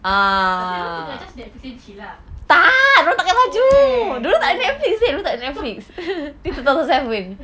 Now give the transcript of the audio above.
oh tapi dia orang tengah just netflix and chill lah oh eh oh